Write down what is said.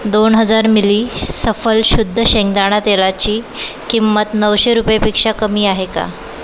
दोन हजार मिली सफल शुद्ध शेंगदाणा तेलाची किंमत नऊशे रुपयेपेक्षा कमी आहे का